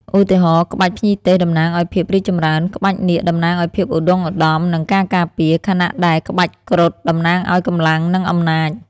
ឧទាហរណ៍ ក្បាច់ភ្ញីទេសតំណាងឱ្យភាពរីកចម្រើន ក្បាច់នាគតំណាងឱ្យភាពឧត្តុង្គឧត្តម និងការការពារ ខណៈដែលក្បាច់គ្រុឌតំណាងឱ្យកម្លាំង និងអំណាច។